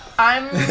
i'm